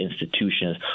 institutions